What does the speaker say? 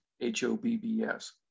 H-O-B-B-S